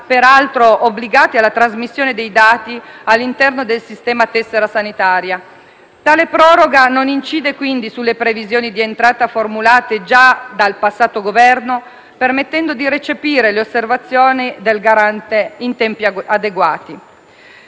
peraltro obbligati alla trasmissione dei dati all'interno del sistema tessera sanitaria. Tale proroga non incide quindi sulle previsioni di entrata formulate già dal passato Governo, permettendo di recepire le osservazioni del Garante in tempi adeguati.